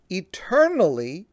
eternally